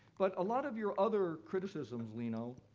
but a lot of your other criticisms, lino,